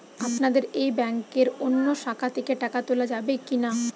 আপনাদের এই ব্যাংকের অন্য শাখা থেকে টাকা তোলা যাবে কি না?